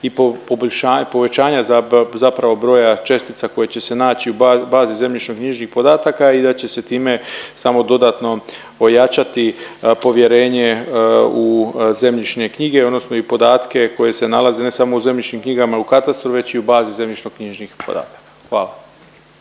povećanja zapravo broja čestica koje će se naći u bazi zemljišno knjižnih podataka i da će se time samo dodatno ojačati povjerenje u zemljišne knjige odnosno i podatkekoji se nalaze ne samo u zemljišnim knjigama i u katastru već i u bazi zemljišno knjižnih podataka. Hvala.